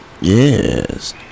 Yes